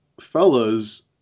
fellas